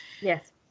Yes